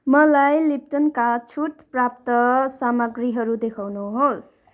मलाई लिप्टनका छुट प्राप्त सामग्रीहरू देखाउनुहोस्